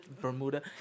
Bermuda